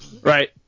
right